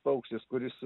paukštis kuris